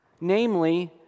namely